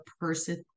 person-